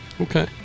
Okay